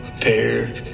pair